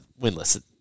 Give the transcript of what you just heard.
winless